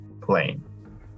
plane